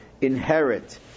inherit